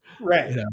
Right